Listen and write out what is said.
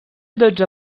dotze